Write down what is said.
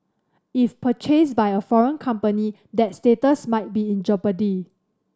if purchased by a foreign company that status might be in jeopardy